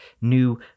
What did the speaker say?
new